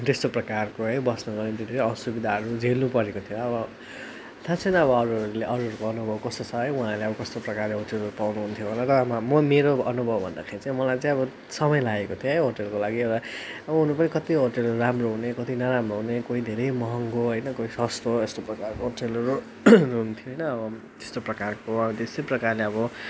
त्यस्तो प्रकारको है बस्नुको निम्ति धेरै असुविधाहरू झेल्नु परेको थियो अब थाहा छैन अब अरूहरूले अरूहरूको अनुभव कस्तो छ है उहाँहरूले कस्तो प्रकारले होटेलहरू पाउनु हुन्थ्यो होला तर अब म मेरो अनुभव भन्दाखेरि चाहिँ मलाई चाहिँ अब समय लागेको थियो है होटेलको लागि अब हुनु पनि कति होटेलहरू राम्रो हुने कति नराम्रो हुने कोही धेरै महँगो होइन कोही सस्तो यस्तो प्रकारको होटेलहरू हुन्थ्यो होइन अब त्यस्तो प्रकारको त्यस्तै प्रकारले अब